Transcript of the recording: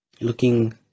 looking